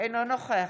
תודה רבה.